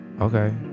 Okay